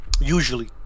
usually